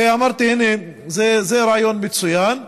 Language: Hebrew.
ואמרתי: הינה, זה רעיון מצוין.